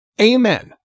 Amen